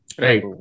right